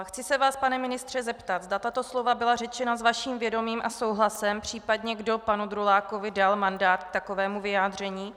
Chci se vás, pane ministře, zeptat, zda tato slova byla řečena s vaším vědomím a souhlasem, případně kdo panu Drulákovi dal mandát k takovému vyjádření.